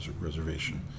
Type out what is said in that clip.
Reservation